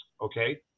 okay